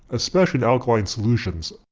especially in alkaline solutions,